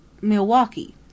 Milwaukee